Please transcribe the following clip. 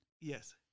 Yes